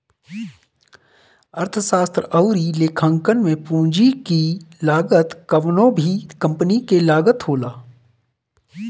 अर्थशास्त्र अउरी लेखांकन में पूंजी की लागत कवनो भी कंपनी के लागत होला